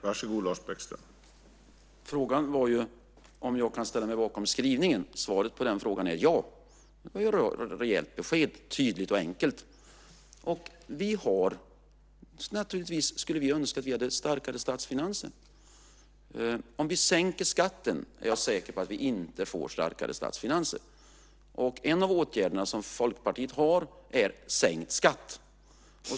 Herr talman! Frågan var ju om jag kan ställa mig bakom skrivningen. Svaret på den frågan är ja. Det är ett bra, rejält, tydligt och enkelt besked. Naturligtvis skulle vi önska att vi hade starkare statsfinanser. Om vi sänker skatten är jag säker på att vi inte får starkare statsfinanser. En av åtgärderna som Folkpartiet föreslår är sänkt skatt.